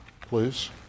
please